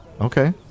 Okay